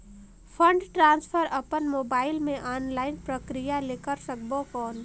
Fund transfer अपन mobile मे online प्रक्रिया ले कर सकबो कौन?